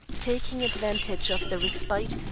taking advantage of the respite,